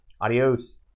Adios